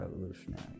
revolutionary